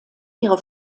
ihre